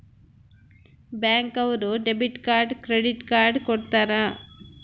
bank ಅವ್ರು debit card credit card ಕೊಡ್ತಾರ